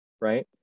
right